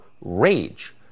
rage